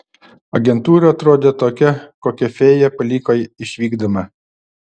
agentūra atrodė tokia kokią fėja paliko išvykdama